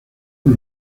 por